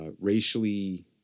racially